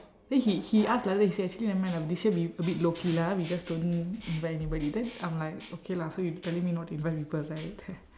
then he he ask like that he say actually nevermind lah this year we a bit low key lah we just don't invite anybody then I'm like okay lah so you telling me not to invite people right